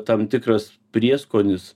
tam tikras prieskonis